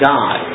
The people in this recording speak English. God